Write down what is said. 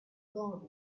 blown